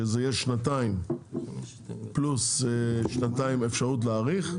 שזה יהיה שנתיים פלוס שנתיים אפשרות להאריך,